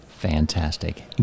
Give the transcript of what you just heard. Fantastic